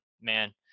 man